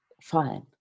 fine